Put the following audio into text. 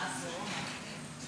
אדוני היושב-ראש,